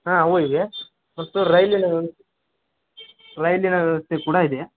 ಹಾಂ ಊರಿಗೆ ಮತ್ತು ರೈಲ್ವೆನ ರೈಲಿನ ವ್ಯವಸ್ಥೆ ಕೂಡ ಇದೆ